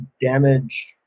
damage